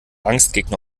angstgegner